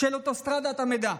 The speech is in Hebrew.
של אוטוסטרדת המידע,